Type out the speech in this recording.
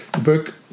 book